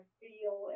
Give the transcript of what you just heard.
feel